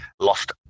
lost